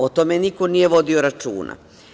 O tome niko nije vodi računa.